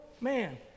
Man